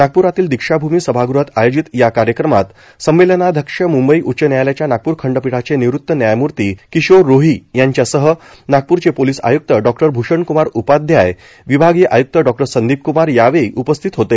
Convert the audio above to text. नागप्रातील दीक्षाभूमी सभागृहात आयोजित या कार्यक्रमात संमेलनाध्यक्ष मुंबई उच्च न्यायालयाच्या नागपूर खंडपीठाचे निवृत न्यायमूर्ती किशोर रोही यांच्यासह नागपूरचे पोलीस आय्क्त डॉ भूषणक्मार उपाध्याय विभागीय आय्क्त डॉ संदीपक्मार यावेळी उपस्थित होते